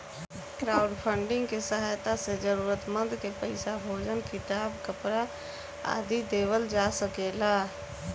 crowdfunding के सहायता से जरूरतमंद के पईसा, भोजन किताब, कपरा आदि देवल जा सकेला